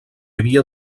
havia